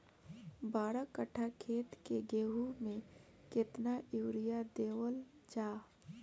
बारह कट्ठा खेत के गेहूं में केतना यूरिया देवल जा?